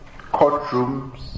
courtrooms